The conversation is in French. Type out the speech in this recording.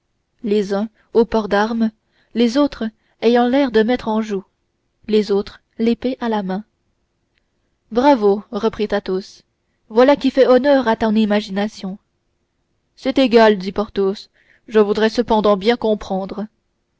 les uns au port d'armes les autres ayant l'air de mettre en joue les autres l'épée à la main bravo reprit athos voilà qui fait honneur à ton imagination c'est égal dit porthos je voudrais cependant bien comprendre